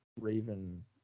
Raven